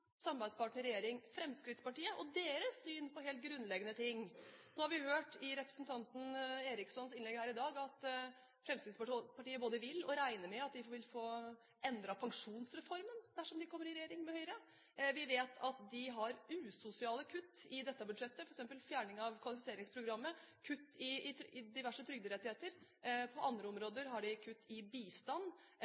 samarbeidspartner i regjering, Fremskrittspartiet, og deres syn på helt grunnleggende ting. Nå har vi hørt i representanten Erikssons innlegg her i dag at Fremskrittspartiet både vil og regner med at de vil få endret pensjonsreformen dersom de kommer i regjering med Høyre. Vi vet at de har usosiale kutt i dette budsjettet, f.eks. fjerning av kvalifiseringsprogrammet, kutt i diverse trygderettigheter, og på andre områder har de kutt i bistand.